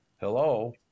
hello